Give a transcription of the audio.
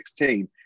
2016